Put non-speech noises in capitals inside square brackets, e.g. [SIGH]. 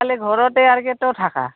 খালী ঘৰতে আৰু [UNINTELLIGIBLE] থাকা